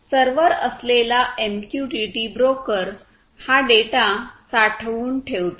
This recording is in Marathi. सर्व्हर असलेला एमक्यूटीटी ब्रोकर हा डेटा साठवून ठेवतो